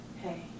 Hey